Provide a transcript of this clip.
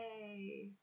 yay